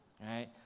Right